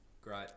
Great